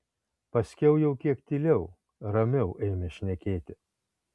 paskiau jau kiek tyliau ramiau ėmė šnekėti